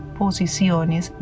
posiciones